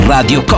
Radio